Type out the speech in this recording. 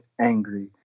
angry